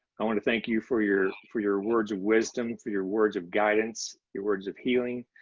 i want to thank you for your for your words of wisdom, for your words of guidance, your words of healing.